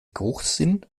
geruchssinn